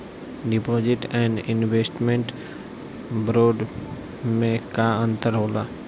Deposit and investment bond मे का अंतर होला?